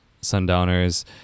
Sundowners